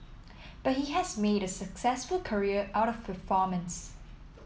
but he has made a successful career out of performance